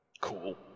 Cool